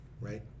Right